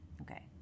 Okay